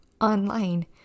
online